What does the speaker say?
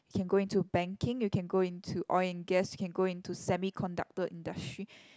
you can go into banking you can go into oil and gas you can go into semi conductor industry